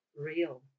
real